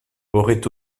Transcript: auraient